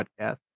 podcast